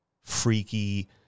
freaky